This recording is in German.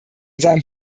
seinem